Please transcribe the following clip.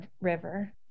river